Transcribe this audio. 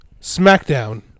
SmackDown